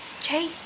Jay